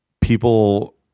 people